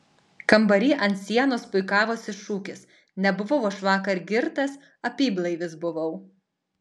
kambary ant sienos puikavosi šūkis nebuvau aš vakar girtas apyblaivis buvau